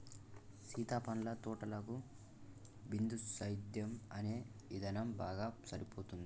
సీత పండ్ల తోటలకు బిందుసేద్యం అనే ఇధానం బాగా సరిపోతుంది